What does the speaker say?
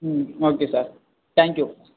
ம் okay sir thank you